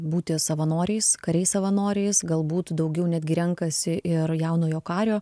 būti savanoriais kariais savanoriais galbūt daugiau netgi renkasi ir jaunojo kario